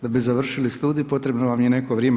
Da bi završili studij, potrebno vam je neko vrijeme.